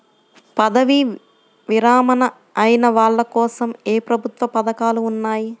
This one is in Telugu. పదవీ విరమణ అయిన వాళ్లకోసం ఏ ప్రభుత్వ పథకాలు ఉన్నాయి?